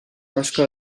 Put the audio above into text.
başka